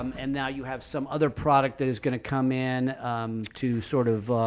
um and now you have some other product that is going to come in to sort of,